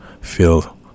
feel